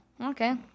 okay